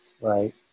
Right